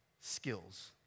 skills